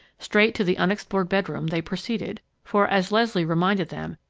straight to the unexplored bedroom they proceeded, for, as leslie reminded them,